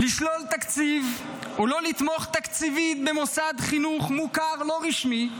לשלול תקציב או לא לתמוך תקציבית במוסד חינוך מוכר לא רשמי,